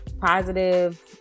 positive